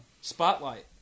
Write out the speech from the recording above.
Spotlight